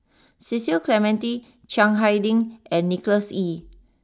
Cecil Clementi Chiang Hai Ding and Nicholas Ee